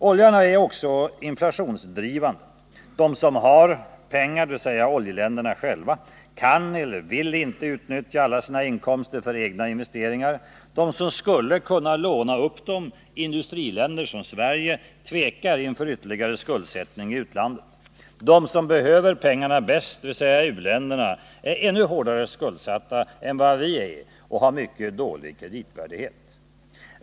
Oljan är också inflationsdrivande. De som har pengar — dvs. oljeländerna själva — kan eller vill inte utnyttja alla sina inkomster för egna investeringar. De som skulle kunna låna upp dem — industriländer som Sverige — tvekar inför ytterligare skuldsättning i utlandet. De som behöver pengar bäst — dvs. u-länderna — är ännu hårdare skuldsatta än vi och har mycket dålig kreditvärdighet.